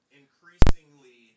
increasingly